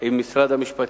עם משרד המשפטים.